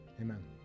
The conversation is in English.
Amen